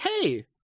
hey